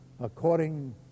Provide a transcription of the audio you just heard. according